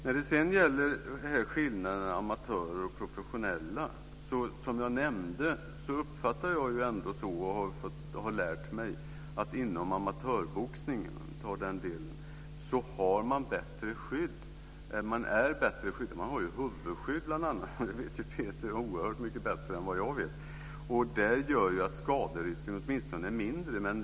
När det gäller skillnaderna mellan amatörer och professionella så uppfattade jag det så att man har bättre skydd inom amatörboxning. Det har jag lärt mig. Man har bl.a. huvudskydd - det vet Peter oerhört mycket bättre än vad jag vet. Det gör att skaderisken åtminstone är mindre.